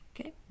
Okay